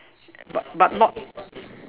but but not